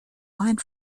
wine